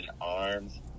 arms